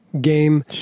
Game